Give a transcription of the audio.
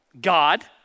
God